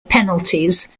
penalties